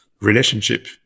relationship